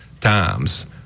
times